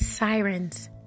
Sirens